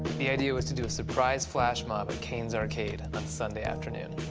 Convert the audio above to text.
the idea was to do a surprise flashmob at caine's arcade on sunday afternoon.